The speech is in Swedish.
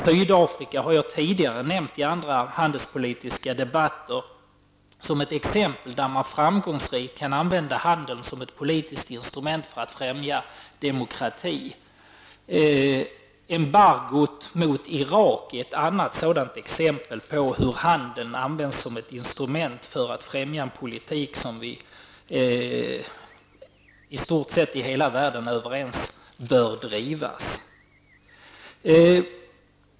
Sydafrika har jag tidigare nämnt i andra handelspolitiska debatter som ett exempel på hur man framgångsrikt kan använda handeln som ett politiskt instrument för att främja demokrati. Embargot mot Irak är ett annat sådant exempel på hur handeln använts som ett instrument för att främja en politik som i stort sett hela världen är överens om bör drivas.